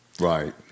Right